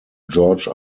george